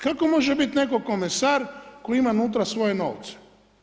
Kako može biti netko komesar tko ima unutra svoje novce?